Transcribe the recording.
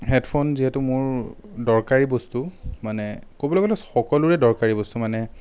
headphone যিহেতু মোৰ দৰকাৰী বস্তু মানে ক'বলৈ গ'লে সকলোৰে দৰকাৰী বস্তু মানে